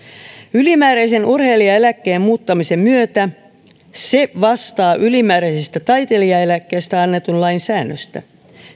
ylimääräisen urheilijaeläkkeen muuttamisen myötä se vastaa ylimääräisestä taiteilijaeläkkeestä annetun lain säännöstä